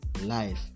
life